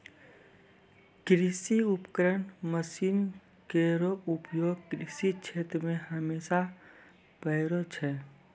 कृषि उपकरण मसीन केरो उपयोग कृषि क्षेत्र मे हमेशा परै छै